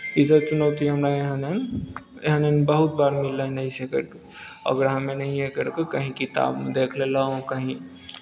ईसभ चुनौती हमरा यहाँ एहन एहन बहुत बार मिललै हन ऐसे करि कऽ ओकरा हम एनाहिए करि कऽ कहीं किताबमे देख लेलहुँ कहीं